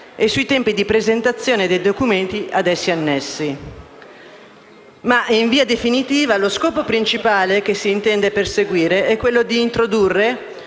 e sui tempi di presentazione dei documenti a essi annessi. In via definitiva, lo scopo principale che si intende perseguire è introdurre